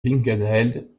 linkenheld